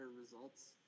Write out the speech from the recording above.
results